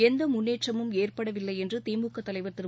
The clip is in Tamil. எந்த முன்னேற்றமும் ஏற்படவில்லை என்று திமுக தலைவர் திரு